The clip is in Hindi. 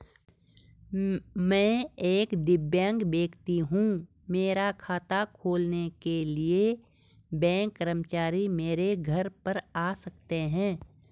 मैं एक दिव्यांग व्यक्ति हूँ मेरा खाता खोलने के लिए बैंक कर्मचारी मेरे घर पर आ सकते हैं?